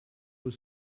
was